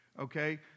okay